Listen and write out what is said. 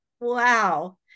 Wow